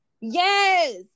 yes